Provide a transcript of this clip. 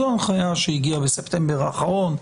זו הנחיה שהגיעה בספטמבר האחרון,